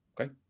Okay